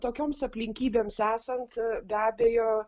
tokioms aplinkybėms esant be abejo